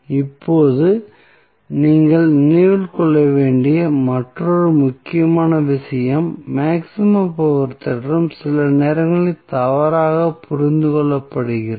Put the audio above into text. இப்போது நீங்கள் நினைவில் கொள்ள வேண்டிய மற்றொரு முக்கியமான விஷயம் மேக்ஸிமம் பவர் தேற்றம் சில நேரங்களில் தவறாகப் புரிந்து கொள்ளப்படுகிறது